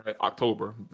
October